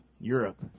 Europe